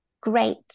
great